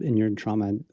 and your and trauma, and